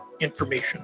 information